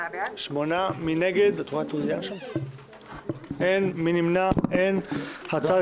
הצבעה בעד 8 נגד אין נמנע 1 ההצעה